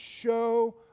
show